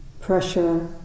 pressure